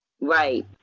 right